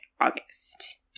August